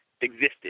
existed